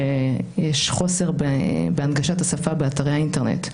שיש חוסר בהגשת השפה באתרי האינטרנט לסטודנטים.